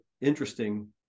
interesting